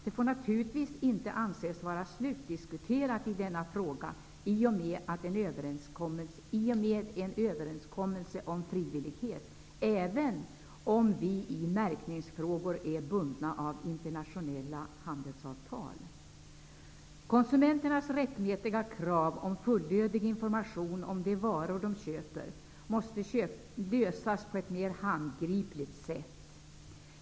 Det får naturligtvis inte anses vara slutdiskuterat i denna fråga i och med en överenskommelse om frivillighet, även om vi i märkningsfrågor är bundna av internationella handelsavtal. Konsumenternas rättmätiga krav på fullödig information om de varor de köper måste lösas på ett mer handgripligt sätt.